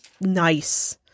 nice